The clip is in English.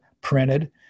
printed